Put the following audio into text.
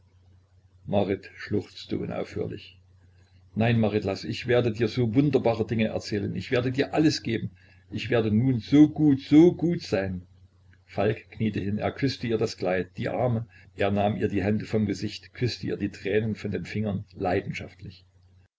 marit schluchzte unaufhörlich nein marit laß ich werde dir so wunderbare dinge erzählen ich werde dir alles geben ich werde nun so gut so gut sein falk kniete hin er küßte ihr das kleid die arme er nahm ihr die hände vom gesicht küßte ihr die tränen von den fingern leidenschaftlich